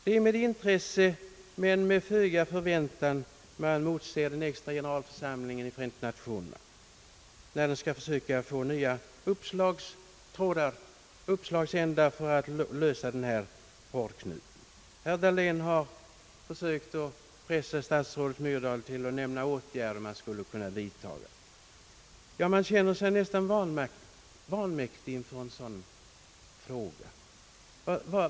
Det är med intresse men med föga förväntan som man motser den extra generalförsamlingen i Förenta Nationerna, då den skall försöka finna nya uppslagsändar för att lösa denna hårdknut. Herr Dahlén har försökt pressa statsrådet Myrdal till att nämna åtgärder som skulle kunna vidtagas. Man känner sig nästan vanmäktig inför dessa frågor.